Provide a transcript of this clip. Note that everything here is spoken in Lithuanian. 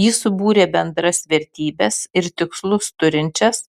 ji subūrė bendras vertybes ir tikslus turinčias